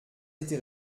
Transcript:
été